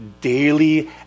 daily